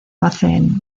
hacen